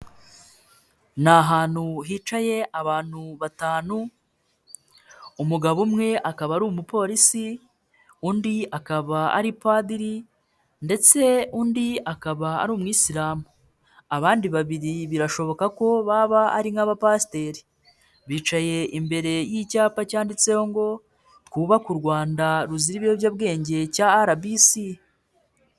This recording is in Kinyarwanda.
Ni ahantu hicaye abantu batanu, umugabo umwe akaba ari umupolisi undi akaba ari padiri ndetse undi akaba ari umuyisilamu, abandi babiri birashoboka ko baba ari nk'abapasiteri bicaye imbere y'icyapa cyanditseho ngo twubake u Rwanda ruzira ibiyobyabwenge cya RBC.